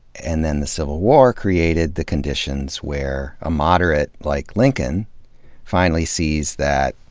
and then the civil war created the conditions where a moderate like lincoln finally sees that,